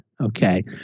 Okay